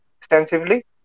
extensively